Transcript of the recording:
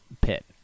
pit